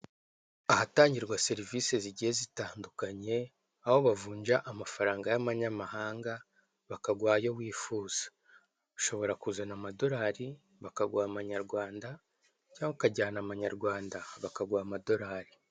Ahatangirwa serivisi zigiye zitandukanye, aho bavunja amafaranga y'amanyamahanga bakaguha ayo wifuza, ushobora kuzana amadorari bakaguha amanyarwanda cyangwa ukajyana amanyarwanda bakaguha amadorari.